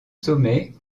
sommet